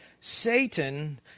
Satan